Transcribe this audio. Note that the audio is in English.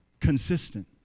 Consistent